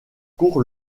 court